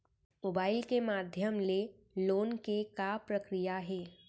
Mobile के माधयम ले लोन के का प्रक्रिया हे?